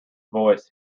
voice